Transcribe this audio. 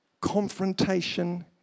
confrontation